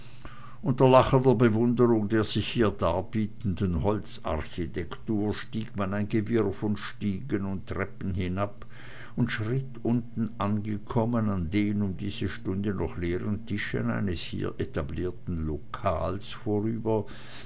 unter lachender bewunderung der sich hier darbietenden holzarchitektur stieg man ein gewirr von stiegen und treppen hinab und schritt unten angekommen an den um diese stunde noch leeren tischen eines hier etablierten lokals vorüber